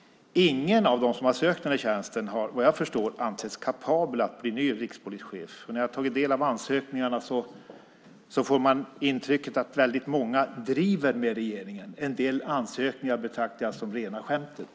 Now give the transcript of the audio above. Ingen av dem som har sökt den här tjänsten har, såvitt jag förstår, ansetts kapabel att bli ny rikspolischef. Efter att ha tagit del av ansökningarna får jag intrycket att väldigt många driver med regeringen. En del ansökningar betraktar jag som rena skämtet.